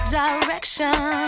direction